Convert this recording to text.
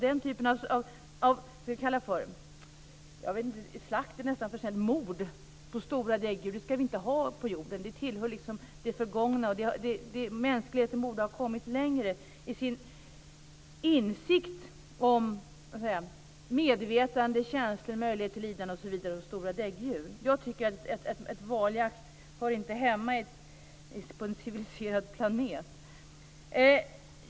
Den typen av - vad skall jag kalla det, slakt är nästan för snällt - mord på stora däggdjur skall vi inte ha på jorden. Det tillhör liksom det förgångna. Mänskligheten borde ha kommit längre i sin insikt om medvetande, känslor och möjlighet till lidande hos stora däggdjur. Jag tycker att valjakt inte hör hemma på en civiliserad planet.